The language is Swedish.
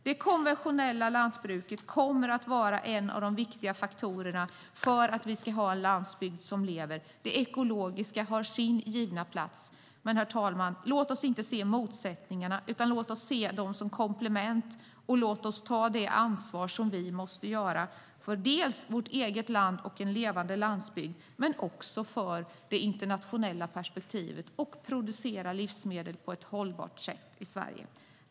Det konventionella lantbruket kommer att vara en av de viktiga faktorerna för att vi ska ha en landsbygd som lever, och det ekologiska har sin givna plats. Herr talman! Låt oss inte se motsättningarna utan se dem som komplement. Låt oss ta det ansvar som vi måste göra för vårt eget land och en levande landsbygd men också för det internationella perspektivet och producera livsmedel på ett hållbart sätt i Sverige.